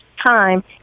Time